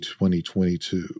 2022